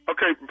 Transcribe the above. Okay